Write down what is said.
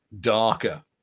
darker